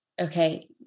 okay